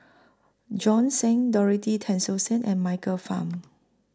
Bjorn Shen Dorothy Tessensohn and Michael Fam